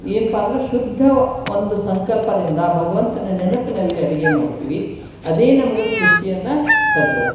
ಏನಪ್ಪ ಅಂದ್ರೆ ಶುದ್ಧ ಒಂದು ಸಂಕಲ್ಪದಿಂದ ಭಗವಂತನ ನೆನಪಲ್ಲಿ ಅಡುಗೆ ಮಾಡ್ತೀವಿ ಅದೇ ನಮ್ಗೆ ಖುಷಿಯನ್ನು ತರ್ತದೆ